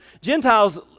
Gentiles